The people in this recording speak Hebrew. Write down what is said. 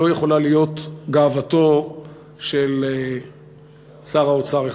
לא יכולה להיות גאוותו של שר האוצר החדש.